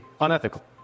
unethical